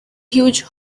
huge